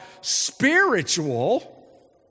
spiritual